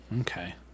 Okay